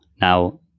now